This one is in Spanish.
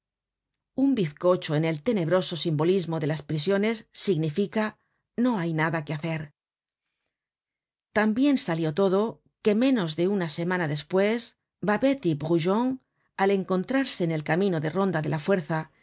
un bizcocho en el tenebroso simbolismo de las prisiones significa no hay nada que hacer tan bien salió todo que menos de una semana despues babet y brujon al encontrarse en el camino de ronda de la fuerza